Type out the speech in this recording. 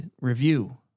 review